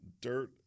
dirt